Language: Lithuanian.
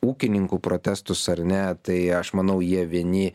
ūkininkų protestus ar ne tai aš manau jie vieni